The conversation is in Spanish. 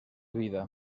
vida